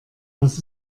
was